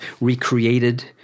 recreated